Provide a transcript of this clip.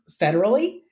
federally